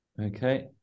Okay